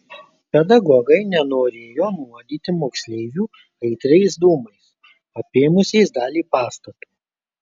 pedagogai nenorėjo nuodyti moksleivių aitriais dūmais apėmusiais dalį pastato